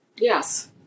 Yes